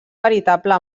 veritable